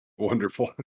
wonderful